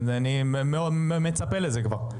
אני כבר מצפה לזה.